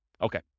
Okay